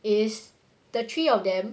is the three of them